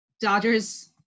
Dodgers